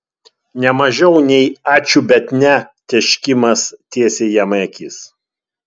ne mažiau nei ačiū bet ne tėškimas tiesiai jam į akis